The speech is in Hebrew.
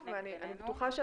אני מאמין גדול,